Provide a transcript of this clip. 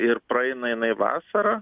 ir praeina jinai vasara